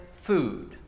food